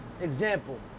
example